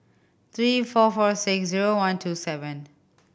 three four four six zero one two seven